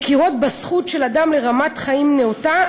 מכירות בזכות של אדם לרמת חיים נאותה,